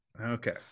Okay